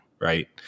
right